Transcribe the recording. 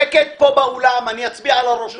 שקט פה באולם, אני אצביע על הראש שלכם.